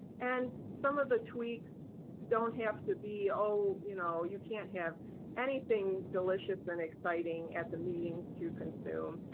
and some of the tweaks don't have to be, oh, you know you can't have anything delicious and exciting at the meetings to consume.